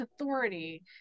authority